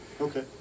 Okay